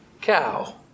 cow